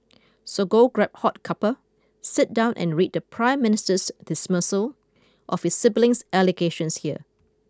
so go grab hot cuppa sit down and read the prime minister's dismissal of his siblings allegations here